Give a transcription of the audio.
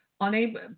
unable